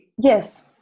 Yes